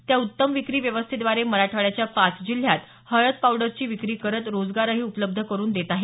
त्या उत्तम विक्री व्यवस्थेद्वारे मराठवाड्याच्या पाच जिल्ह्यांत हळद पावडरची विक्री करत रोजगारही उपलब्ध करुन देत आहेत